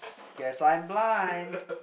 guess I'm blind